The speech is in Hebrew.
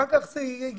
אחר כך זה הגיע